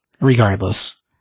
regardless